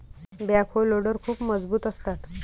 backhoe loader खूप मजबूत असतात